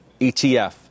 ETF